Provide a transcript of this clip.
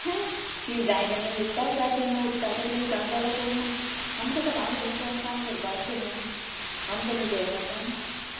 हें तीं जाय तेन्ना न्हिदता जाय तेन्ना उठता तेंका विचारतलो कोण ना आमकां सकाळ फुडें उटोन काम करपा आसता न्हू आमकां न्हिदो नाका